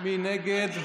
מי נגד?